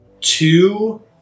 two